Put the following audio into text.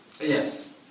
Yes